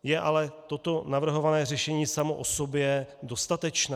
Je ale toto navrhované řešení samo o sobě dostatečné?